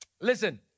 Listen